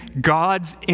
God's